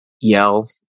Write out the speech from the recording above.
yell